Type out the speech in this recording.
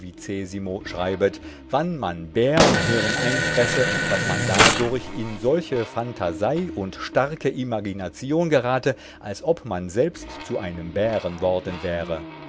schreibet wann man bärnhirn einfresse daß man dadurch in solche phantasei und starke imagination gerate als ob man selbst zu einem bären worden wäre